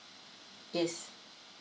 yes